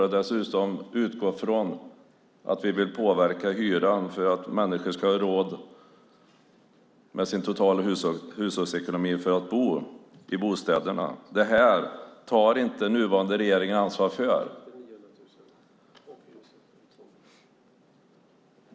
Vi har dessutom utgått från att vi vill påverka hyran för att människor ska ha råd att bo i bostäderna inom ramen för sin totala hushållsekonomi. Detta tar inte den nuvarande regeringen ansvar för.